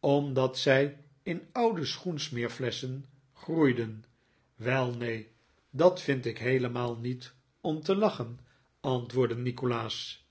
omdat zij in oude schoensmeerflesschen groeiden wel neen dat vind ik heelemaal niet om te lachen antwoordde nikolaas